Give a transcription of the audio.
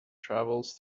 travels